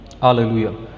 Hallelujah